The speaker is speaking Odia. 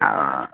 ଆଉ